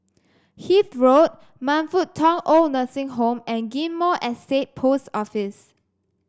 Hythe Road Man Fut Tong OId Nursing Home and Ghim Moh Estate Post Office